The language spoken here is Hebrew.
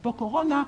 אפרופו קורונה,